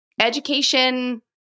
education